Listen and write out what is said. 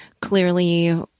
clearly